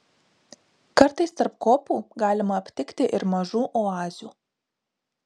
kartais tarp kopų galima aptikti ir mažų oazių